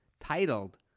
titled